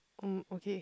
mm okay